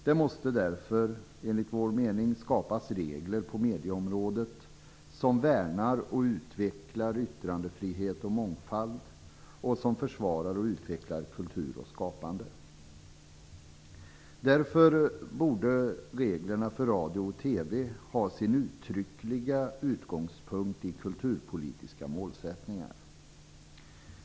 Det måste därför enligt vår mening skapas regler på medieområdet som värnar och utvecklar yttrandefrihet och mångfald och som försvarar och utvecklar kultur och skapande. Därför borde reglerna för radio och TV ha sin uttryckliga utgångspunkt i kulturpolitiska målsättningar.